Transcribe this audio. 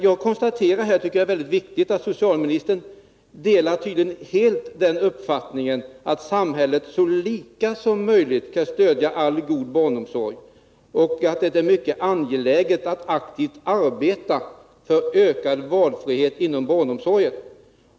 Jag tycker att det är mycket viktigt att kunna konstatera att socialministern tydligen helt och hållet delar uppfattningen att samhället så lika som möjligt skall stödja all god barnomsorg och att det är mycket angeläget att aktivt arbeta för större valfrihet inom barnomsorgen.